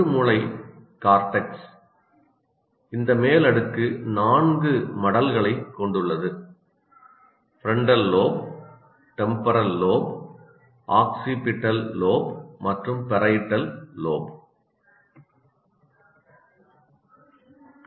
பெருமூளை கார்டெக்ஸ் இந்த மேல் அடுக்கு நான்கு மடல்களைக் கொண்டுள்ளது frontal lobe temporal lobe occipital lobe மற்றும் பேரியட்டல் லோப்